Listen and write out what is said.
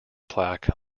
plaque